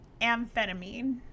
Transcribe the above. Amphetamine